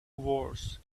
wars